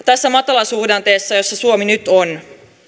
tässä matalasuhdanteessa jossa suomi nyt on pääministeri